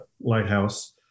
lighthouse